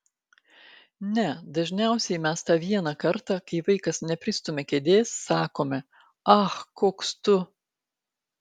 ne dažniausiai mes tą vieną kartą kai vaikas nepristumia kėdės sakome ach koks tu